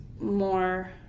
more